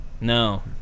No